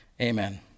amen